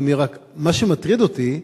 מה שמטריד אותי,